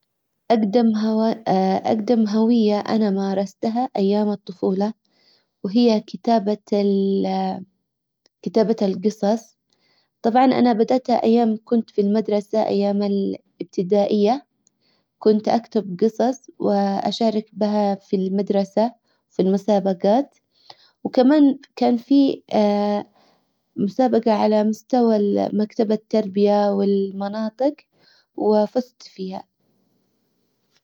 اقدم اقدم هوية انا مارستها ايام الطفولة وهي كتابة كتابة القصص طبعا انا بدأتها ايام كنت في المدرسة ايام الإبتدائية كنت اكتب قصص واشارك بها في المدرسة في المسابقات وكمان كان في مسابقة على مستوى مكتب التربية والمناطق وفزت فيها